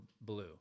blue